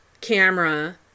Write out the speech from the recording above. camera